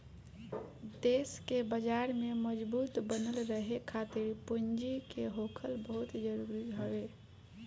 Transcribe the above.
देस के बाजार में मजबूत बनल रहे खातिर पूंजी के होखल बहुते जरुरी हवे